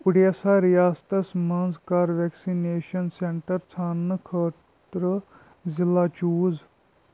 اُڈیسہ ریاستس مَنٛز کر ویکسِنیٚشن سینٹر ژھانٛڈنہٕ خٲطرٕ ضلع چوٗز